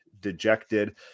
dejected